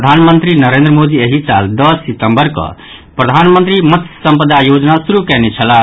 प्रधानमंत्री नरेन्द्र मोदी एहि साल दस सितम्बर कऽ प्रधानमंत्री मत्स्य संपदा योजना शुरू कयने छलाह